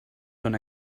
són